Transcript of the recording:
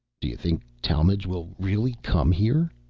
do you think talmage will really come here?